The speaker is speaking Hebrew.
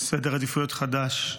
סדר עדיפויות חדש.